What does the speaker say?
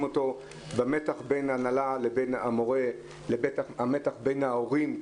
אותו במתח בין הנהלה לבין המורה והמתח עם ההורים.